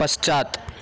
पश्चात्